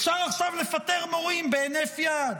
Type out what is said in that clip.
אפשר עכשיו לפטר מורים בהינף יד.